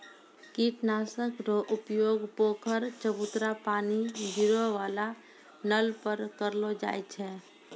कीट नाशक रो उपयोग पोखर, चवुटरा पानी गिरै वाला नल पर करलो जाय छै